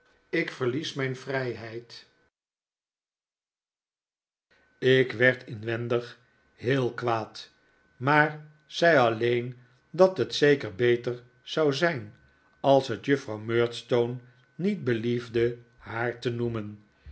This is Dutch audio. ik haar liever maar niet noemen ik werd inwendig wel heel kwaad maar zei alleen dat het zeker beter zou zijn als het juffrouw murdstone niet beliefde haar te noemen